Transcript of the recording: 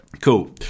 cool